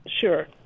Sure